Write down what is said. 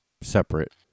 separate